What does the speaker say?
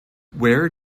where